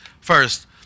First